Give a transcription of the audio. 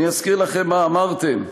אני אזכיר לכם מה אמרתם.